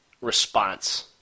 response